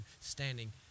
standing